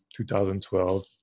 2012